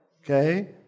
Okay